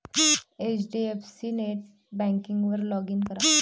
HDFC नेटबँकिंगवर log in करा